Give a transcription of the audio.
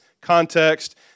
context